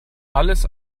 alles